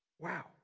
wow